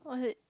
what is it